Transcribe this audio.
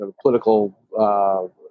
political